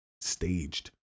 Staged